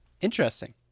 Interesting